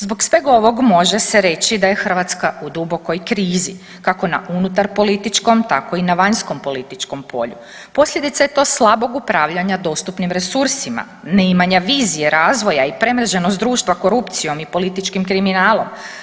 Zbog sveg ovog može se reći da je Hrvatska u dubokoj krizi kako na unutar političkom tako i na vanjskom politikom polju, posljedica je to slabog upravljanja dostupnim resursima, neimanja vizije razvoja i premreženost društva korupcijom i političkim kriminalnom.